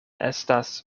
estas